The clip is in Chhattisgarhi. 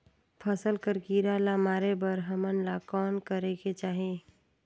फसल कर कीरा ला मारे बर हमन ला कौन करेके चाही?